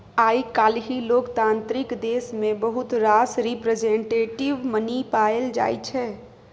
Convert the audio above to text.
आइ काल्हि लोकतांत्रिक देश मे बहुत रास रिप्रजेंटेटिव मनी पाएल जाइ छै